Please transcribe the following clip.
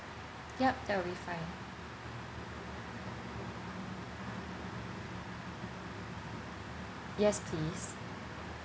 yup that'll be fine yes please